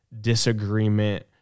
disagreement